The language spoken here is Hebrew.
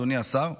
אדוני השר.